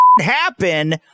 happen